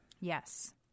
Yes